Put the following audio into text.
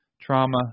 trauma